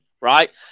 right